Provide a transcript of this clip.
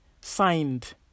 signed